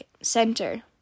center